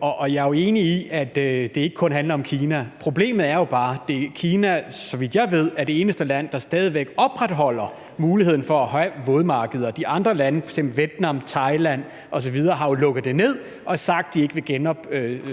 og jeg er jo enig i, at det ikke kun handler om Kina. Problemet er jo bare, at Kina, så vidt jeg ved, er det eneste land, der stadig væk opretholder muligheden for at have vådmarkeder. De andre lande som Vietnam, Thailand osv. har jo lukket det ned og sagt, at de ikke vil genåbne